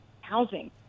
housing